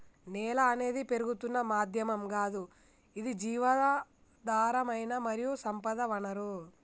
నేల అనేది పెరుగుతున్న మాధ్యమం గాదు ఇది జీవధారమైన మరియు సంపద వనరు